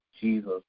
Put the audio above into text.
jesus